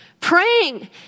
Praying